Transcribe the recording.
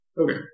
Okay